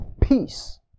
peace